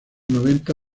noventa